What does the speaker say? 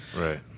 Right